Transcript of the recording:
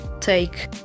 take